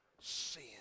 sin